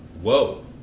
whoa